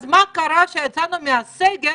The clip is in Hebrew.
אז מה קרה כשיצאנו מהסגר?